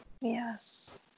Yes